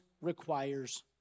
requires